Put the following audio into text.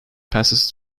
passes